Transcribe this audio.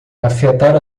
afetar